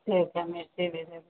ठीक है मिर्ची भी दे